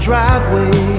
Driveway